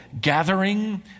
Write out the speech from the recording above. gathering